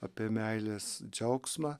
apie meilės džiaugsmą